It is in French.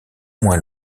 moins